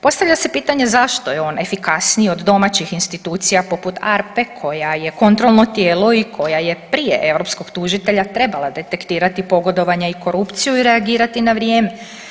Postavlja se pitanje zašto je on efikasniji od domaćih institucija poput ARPA-e koja je kontrolno tijelo i koja je prije europskog tužitelja trebala detektirati pogodovanja i korupciju i reagirati na vrijeme.